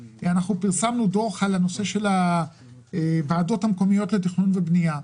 פרסמנו דוח על הנושא של הוועדות המקומיות לתכנון ובנייה.